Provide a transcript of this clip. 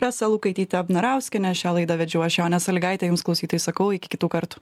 rasa lukaityte abnarauskiene šią laidą vedžiau aš jonė salygaitė jums klausytojai sakau iki kitų kartų